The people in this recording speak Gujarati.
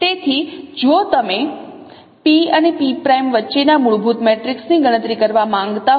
તેથી જો તમે P અને P' વચ્ચેના મૂળભૂત મેટ્રિક્સની ગણતરી કરવા માંગતા હો